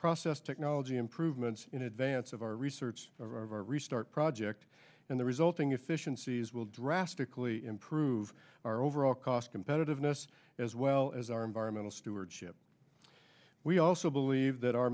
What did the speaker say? process technology improvements in advance of our research a restart project and the resulting efficiencies will drastically improve our overall cost competitiveness as well as our environmental stewardship we also believe that our